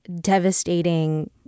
devastating